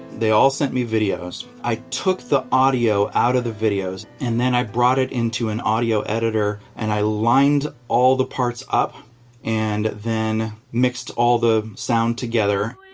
they all sent me videos. i took the audio out of the videos. and then i brought it into an audio editor. and i lined all the parts up and then mixed all the sound together.